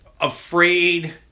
afraid